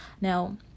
Now